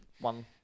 one